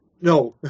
no